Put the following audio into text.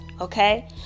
Okay